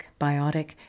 biotic